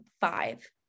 five